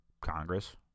Congress